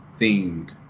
themed